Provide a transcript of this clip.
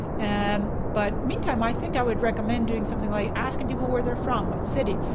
and but meantime i think i would recommend doing something like asking people where they're from, what city.